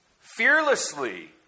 fearlessly